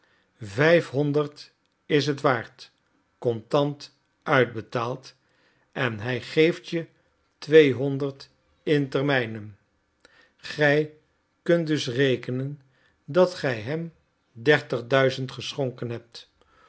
vijfhonderd is het waard kontant uitbetaald en hij geeft je tweehonderd in termijnen gij kunt dus rekenen dat ge hem dertig duizend geschonken hebt